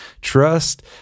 Trust